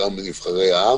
גם נבחרי העם